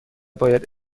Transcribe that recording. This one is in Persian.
باید